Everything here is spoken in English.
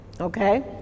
okay